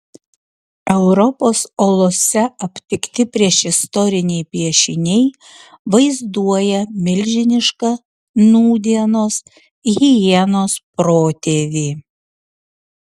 europos olose aptikti priešistoriniai piešiniai vaizduoja milžinišką nūdienos hienos protėvį